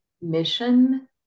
mission